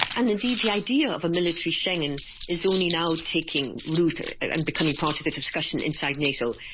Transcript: and indeed the idea of a military schengen is only now taking root and becoming part of the discussion inside nato.